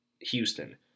Houston